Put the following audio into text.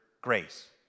grace